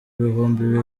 bihumbi